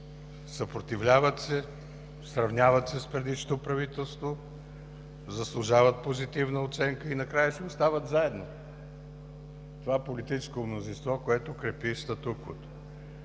Съпротивляват се, сравняват се с предишното правителство, заслужават позитивна оценка и накрая си остават заедно – това политическо мнозинство, което крепи статуквото.